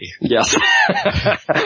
Yes